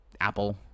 apple